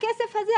בכסף הזה.